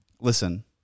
Listen